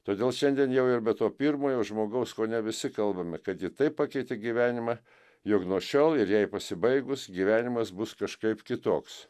todėl šiandien jau ir be to pirmojo žmogaus kone visi kalbame kad ji taip pakeitė gyvenimą jog nuo šiol ir jai pasibaigus gyvenimas bus kažkaip kitoks